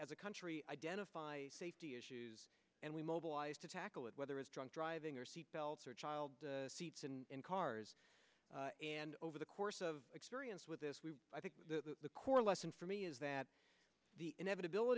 as a country identify safety issues and we mobilize to tackle it whether it's drunk driving or seat belts or child seats in cars and over the course of experience with this i think the core lesson for me is that the inevitab